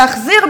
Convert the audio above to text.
להחזיר,